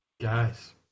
guys